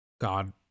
God